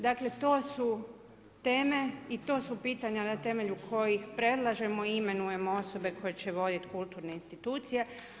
Dakle, to su teme i to su pitanja na temelju kojih prilažemo i imenujemo osobe koje će voditi kulturne institucije.